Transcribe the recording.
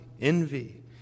envy